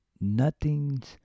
Nothing's